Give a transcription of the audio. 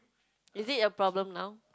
is it your problem now